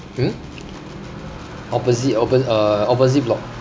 hmm opposite oppo~ uh opposite block